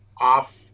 off